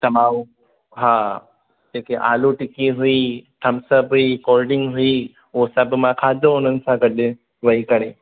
त मां हू हा जेके आलू टिक्की हुई थम्सअप हुई कोल्डड्रिंक हुई उहो सभु मां खाधो हुननि सां गॾु वेही करे